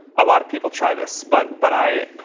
a lot of people try this. but but i,